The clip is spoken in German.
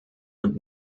und